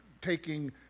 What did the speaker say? taking